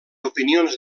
opinions